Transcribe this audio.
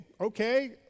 okay